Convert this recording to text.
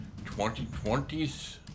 2020s